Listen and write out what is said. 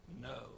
no